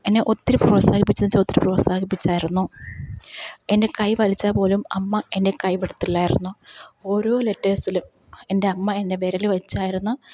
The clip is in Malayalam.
എന്നെ ഒത്തിരി പ്രോത്സാഹിപ്പിച്ചോ എന്നു ചോദിച്ചാൽ പ്രോത്സാഹിപ്പിച്ചായിരുന്നു എന്റെ കൈ വലിച്ചാൽ പോലും അമ്മ എന്റെ കൈ വിടത്തില്ലായിരുന്നു ഓരോ ലെറ്റേഴ്സിലും എന്റെ അമ്മ എന്റെ വിരൽ വെച്ചായിരുന്നു